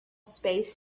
space